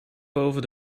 boven